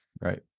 right